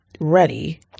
Ready